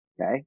Okay